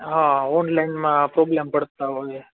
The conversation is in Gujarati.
હ ઓનલાઈનમાં પ્રોબ્લમ પડતા હોય